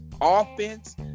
offense